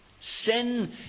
Sin